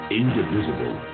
indivisible